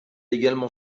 également